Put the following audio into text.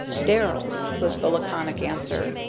darrells, was the laconic answer.